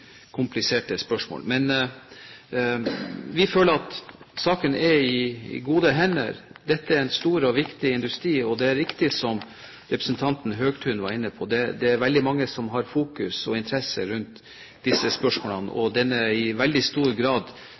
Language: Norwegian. Vi føler at saken er i gode hender. Dette er en stor og viktig industri. Det er riktig, som representanten Høglund var inne på, at det er veldig mange som fokuserer på og har interesse for disse spørsmålene. Industrien er i stor grad